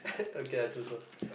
okay I choose first